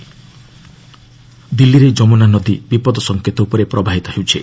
ଦିଲ୍ଲୀ ଯମୁନା ଦିଲ୍ଲୀରେ ଯମୁନା ନଦୀ ବିପଦ ସଂକେତ ଉପରେ ପ୍ରବାହିତ ହେଉଛି